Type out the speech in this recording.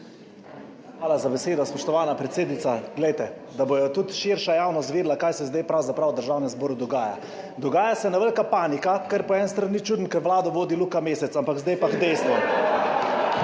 Hvala za besedo, spoštovana predsednica. Da bo tudi širša javnost vedela, kaj se zdaj pravzaprav v Državnem zboru dogaja. Dogaja se ena velika panika. Kar po eni strani ni čudno, ker Vlado vodi Luka Mesec. Ampak zdaj pa k dejstvom.